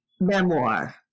memoir